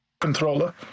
controller